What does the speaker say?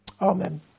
Amen